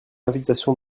invitation